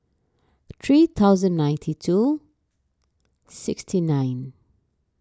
three thousand ninety two sixty nine